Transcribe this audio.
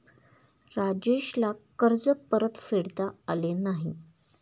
राजेशला कर्ज परतफेडता आले नाही